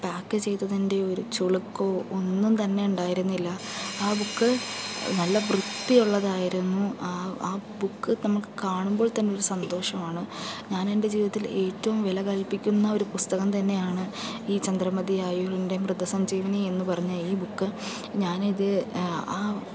ആ പാക്ക് ചെയ്തതിൻ്റെ ഒരു ചുളുക്കോ ഒന്നും തന്നെ ഉണ്ടായിരുന്നില്ല ആ ബുക്ക് നല്ല വൃത്തിയുള്ളതായിരുന്നു ആ ബുക്ക് നമുക്ക് കാണുമ്പോൾ തന്നെ ഒരു സന്തോഷമാണ് ഞാൻ എൻ്റെ ജീവിതത്തിൽ ഏറ്റവും വിലകൽപ്പിക്കുന്ന ഒരു പുസ്തകം തന്നെയാണ് ഈ ചന്ദ്രമതി ആയൂരിൻ്റെ മൃതസഞ്ജീവനി എന്ന് പറഞ്ഞ ഈ ബുക്ക് ഞാനിത് ആ